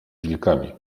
wilkami